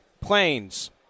planes